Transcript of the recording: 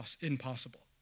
impossible